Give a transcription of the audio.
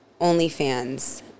OnlyFans